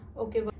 okay